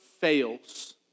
fails